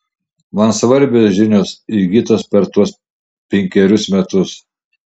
man svarbios žinios įgytos per tuos penkerius metus